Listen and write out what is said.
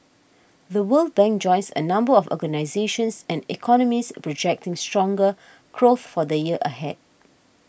The World Bank joins a number of organisations and economists projecting stronger growth for the year ahead